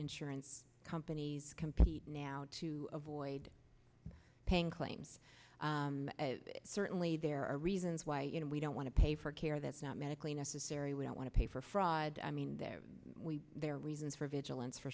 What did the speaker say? insurance companies compete now to avoid paying claims certainly there are reasons why you know we don't want to pay for care that's not medically necessary we don't want to pay for fraud i mean there are reasons for vigilance for